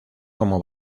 como